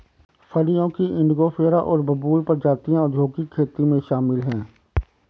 फलियों की इंडिगोफेरा और बबूल प्रजातियां औद्योगिक खेती में शामिल हैं